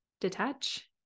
detach